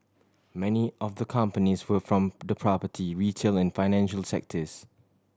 many of the companies were from the property retail and financial sectors